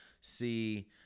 see